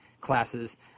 classes